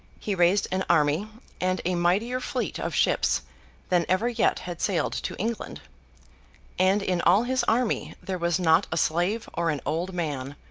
he raised an army, and a mightier fleet of ships than ever yet had sailed to england and in all his army there was not a slave or an old man,